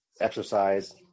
exercise